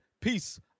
Peace